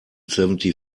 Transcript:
seventy